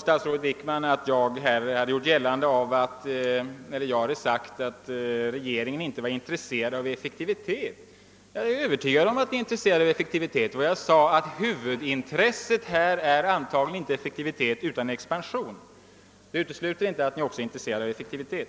Statsrådet Wickman påstod att jag hade sagt att regeringen inte var intresserad av effektivitet. Jag är övertygad om att ni är intresserade därav. Vad jag sade var att huvudintresset antagligen inte är effektivitet utan expansion — det utesluter inte att ni också är intresserade av effektivitet.